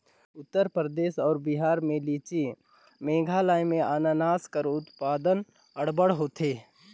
उत्तर परदेस अउ बिहार में लीची, मेघालय में अनानास कर उत्पादन अब्बड़ होथे